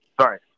Sorry